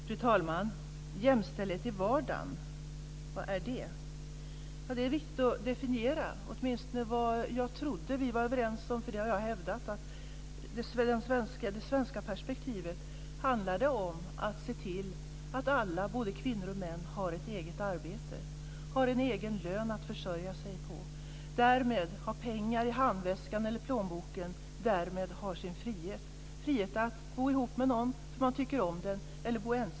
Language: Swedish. Fru talman! Jämställdhet i vardagen, vad är det? Det är viktigt att definiera vad jag åtminstone trodde att vi var överens om och som jag därför hävdat, nämligen att det svenska perspektivet handlat om att se till att alla, både kvinnor och män, har ett eget arbete och en egen lön att försörja sig på och därmed har pengar i handväskan eller plånboken och således har sin frihet - frihet att bo ihop med någon som man tycker om eller frihet att bo ensam.